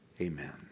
Amen